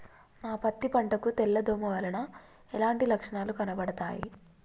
నా పత్తి పంట కు తెల్ల దోమ వలన ఎలాంటి లక్షణాలు కనబడుతాయి?